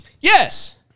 Yes